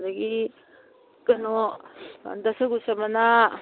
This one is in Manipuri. ꯑꯗꯒꯤ ꯀꯩꯅꯣ ꯗꯁꯀꯨꯁ ꯃꯅꯥ